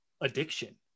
addiction